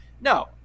No